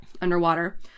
underwater